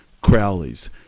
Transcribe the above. Crowley's